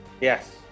Yes